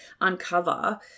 uncover